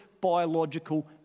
biological